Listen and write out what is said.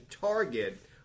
target